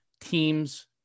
teams